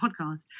podcast